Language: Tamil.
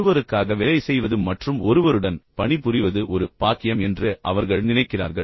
ஒருவருக்காக வேலை செய்வது மற்றும் ஒருவருடன் பணிபுரிவது ஒரு பாக்கியம் என்று அவர்கள் நினைக்கிறார்கள்